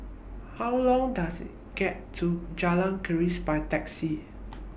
How Long Does IT get to Jalan Keris By Taxi